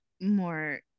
more